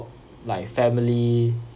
like family